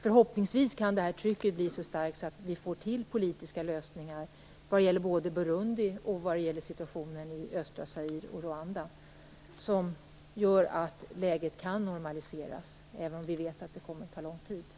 Förhoppningsvis kan trycket bli så stark att vi får politiska lösningar i Burundi, östra Zaire och Rwanda som gör att läget kan normaliseras, även om vi vet att det kommer att ta lång tid.